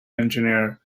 engineer